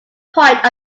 point